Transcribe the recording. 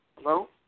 Hello